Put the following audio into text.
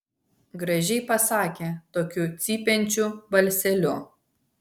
gražiai pasakė tokiu cypiančiu balseliu